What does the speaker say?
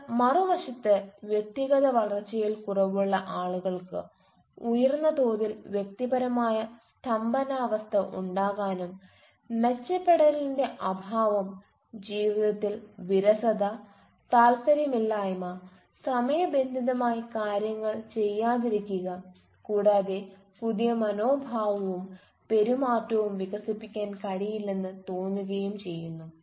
എന്നാൽ മറുവശത്ത് വ്യക്തിഗത വളർച്ചയിൽ കുറവുള്ള ആളുകൾക്ക് ഉയർന്ന തോതിൽ വ്യക്തിപരമായ സ്തംഭനാവസ്ഥ ഉണ്ടാകാനും മെച്ചപ്പെടലിന്റെ അഭാവം ജീവിതത്തിൽ വിരസത താൽപ്പര്യമില്ലായ്മ സമയ ബന്ധിതമായി കാര്യങ്ങൾ ചെയ്യാതിരിക്കുക കൂടാതെ പുതിയ മനോഭാവവും പെരുമാറ്റവും വികസിപ്പിക്കാൻ കഴിയില്ലെന്ന് തോന്നുകയും ചെയ്യുന്നു